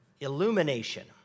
illumination